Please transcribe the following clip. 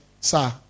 Sir